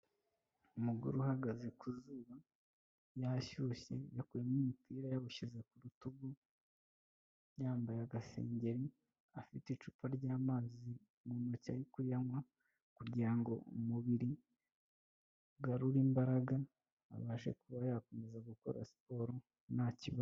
Umugore uhagaze ku zuba yashyushye yakuyemo umupira yawushyize ku rutugu, yambaye agasengeri afite icupa ry'amazi mu ntoki ari kuyanywa, kugira ngo umubiri ugarure imbaraga abashe kuba yakomeza gukora siporo ntakibazo.